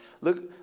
Look